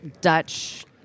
Dutch